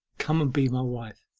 come and be my wife